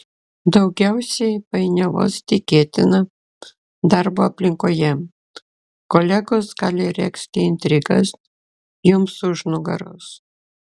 daugiausiai painiavos tikėtina darbo aplinkoje kolegos gali regzti intrigas jums už nugaros